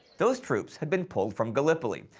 those troops had been pulled from gallipoli,